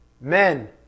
men